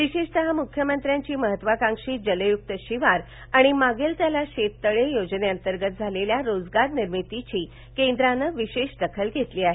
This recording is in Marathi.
विशेषत मुख्यमंत्र्यांची महत्त्वाकांक्षी जलयुक्त शिवार आणि मागेल त्याला शेततळे योजनेंतर्गत झालेल्या रोजगार निर्मितीची केंद्रान विशेष दखल घेतली आहे